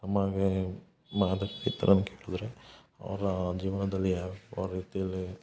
ತಮ್ಮಗೇ ಮಾದರಿ ಈ ಥರನ ಕೇಳಿದ್ರೆ ಅವರ ಜೀವನದಲ್ಲಿ ಯಾವ ರೀತಿಯಲ್ಲಿ